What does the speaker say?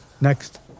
Next